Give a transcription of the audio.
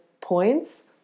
points